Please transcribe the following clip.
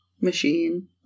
machine